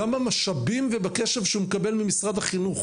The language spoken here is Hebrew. גם במשאבים ובקשב שהוא מקבל ממשרד החינוך.